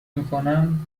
میکنند